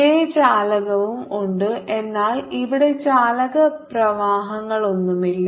j ചാലകവും ഉണ്ട് എന്നാൽ ഇവിടെ ചാലക പ്രവാഹങ്ങളൊന്നുമില്ല